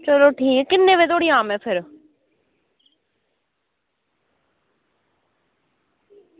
चलो ठीक किन्ने बजे धोड़ी आवां में फिर